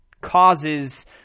causes